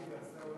שווה.